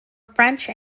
french